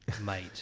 mate